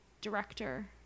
director